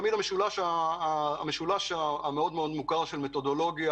צריך להבין